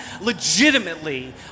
legitimately